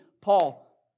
Paul